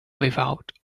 without